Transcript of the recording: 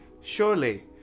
surely